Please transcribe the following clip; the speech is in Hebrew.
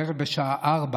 בערך בשעה 16:00,